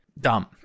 Dumb